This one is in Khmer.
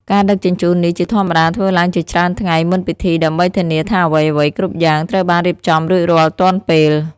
ការដឹកជញ្ជូននេះជាធម្មតាធ្វើឡើងជាច្រើនថ្ងៃមុនពិធីដើម្បីធានាថាអ្វីៗគ្រប់យ៉ាងត្រូវបានរៀបចំរួចរាល់ទាន់ពេល។